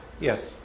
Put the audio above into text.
Yes